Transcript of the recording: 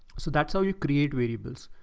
so that's how you create variables.